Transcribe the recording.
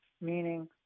meaning